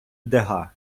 дега